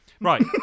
Right